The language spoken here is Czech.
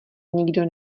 nikdo